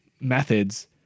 methods